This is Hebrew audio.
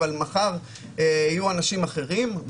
אבל מחר יהיו אנשים אחרים,